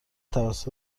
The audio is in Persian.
توسط